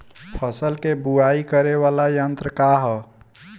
धान के बुवाई करे वाला यत्र का ह?